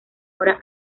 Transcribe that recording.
hora